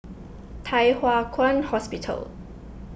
Thye Hua Kwan Hospital